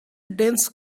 dense